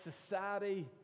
society